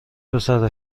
پسر